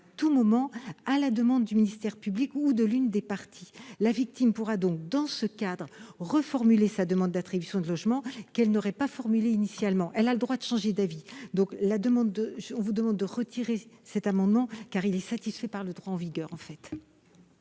à tout moment, à la demande du ministère public ou de l'une des parties. La victime pourra, dans ce cadre, formuler la demande d'attribution du logement qu'elle n'aurait pas formulée initialement. Elle a le droit de changer d'avis ! La commission demande donc le retrait de cet amendement, qui est satisfait par le droit en vigueur.